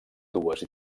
dues